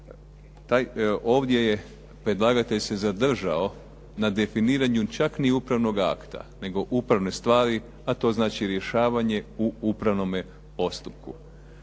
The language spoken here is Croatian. ovdje je predlagatelj se zadržao na definiranju čak i upravnoga akta, nego upravne stvari a to znači rješavanje u upravnome postupku.